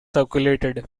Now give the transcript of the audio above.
circulated